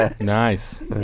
Nice